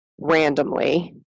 randomly